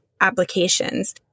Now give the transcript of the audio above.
applications